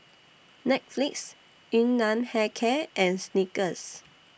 Netflix Yun Nam Hair Care and Snickers